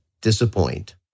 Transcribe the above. disappoint